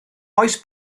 oes